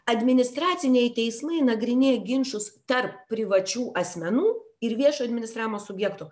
administraciniai teismai nagrinėja ginčus tarp privačių asmenų ir viešo administravimo subjektų